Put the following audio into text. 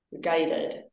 guided